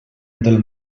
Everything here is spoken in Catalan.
del